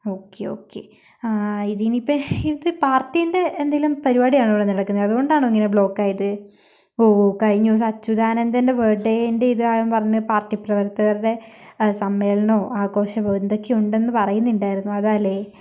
okay okay ഇതിനിപ്പൊൽ ഇത് പാർട്ടിയിൻ്റെ എന്തെങ്കിലും പരിപാടി ആണോ ഇവിടെ നടക്കുന്നത് അതുകൊണ്ടാണോ ഇങ്ങനെ ബ്ലോക്കായത് ഓഹ് ഓഹ് കഴിഞ്ഞ ദിവസം അച്യുതാനന്തൻ്റെ ബർത്ത്ഡേൻ്റെ ഇതാന്നും പറഞ്ഞ് പാർട്ടി പ്രവർത്തകരുടെ സമ്മേളനമോ ആഘോഷമോ എന്തൊക്കെയോ ഉണ്ടെന്ന് പറയ്ന്നുണ്ടായിരുന്നു അതാണല്ലേ